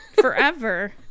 forever